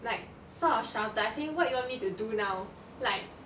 like sort of shouted I say what you want me to do now like